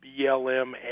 blm